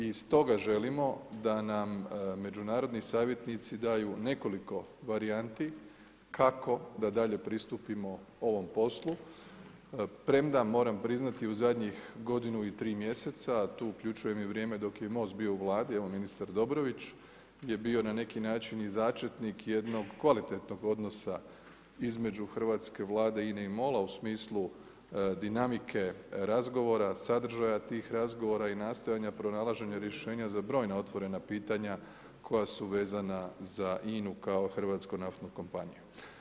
I iz toga želimo da nam međunarodni savjetnici daju nekoliko varijanti kako da dalje pristupimo ovom poslu premda moram priznati u zadnjih godinu i 3 mjeseca a tu uključujem i vrijeme dok je MOST bio u Vladi, evo ministar Dobrović je bio na neki način i začetnik jednog kvalitetnog odnosa između hrvatske Vlade, INA-e i MOL-a u smislu dinamike razgovora, sadržaja tih razgovora sadržaja tih razgovora i nastojanja pronalaženja rješenja za brojna otvorena pitanja koja su vezana za INA-u kao hrvatsku naftnu kompaniju.